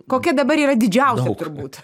kokia dabar yra didžiausia turbūt